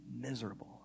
miserable